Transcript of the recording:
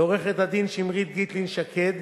לעורכת-הדין שמרית גיטלין-שקד,